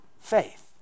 faith